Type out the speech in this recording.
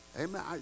Amen